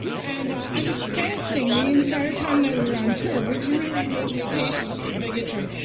and i was fasting the entire time that we were on tour, which really gave me patience for bigotry.